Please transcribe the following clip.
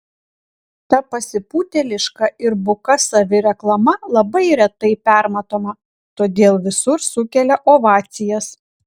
ta pasipūtėliška ir buka savireklama labai retai permatoma todėl visur sukelia ovacijas